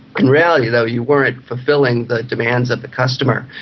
in reality though you weren't fulfilling the demands of the customer,